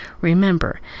Remember